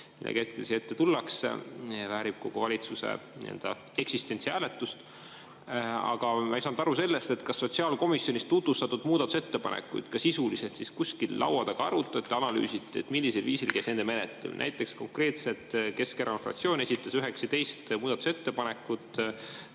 millega hetkel meie ette tullakse ja mis väärib kogu valitsuse eksistentsi hääletust. Aga ma ei saanud aru sellest, kas sotsiaalkomisjonis tutvustatud muudatusettepanekuid ka sisuliselt kuskil laua taga arutati, analüüsiti, millisel viisil käis nende menetlemine. Näiteks konkreetselt Keskerakonna fraktsioon esitas 19 muudatusettepanekut